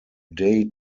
day